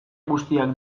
guztiak